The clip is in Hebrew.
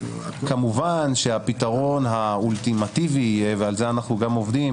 כמובן שהפתרון האולטימטיבי ועל זה אנחנו גם עובדים